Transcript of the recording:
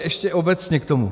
Ještě obecně k tomu.